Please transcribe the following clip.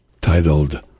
titled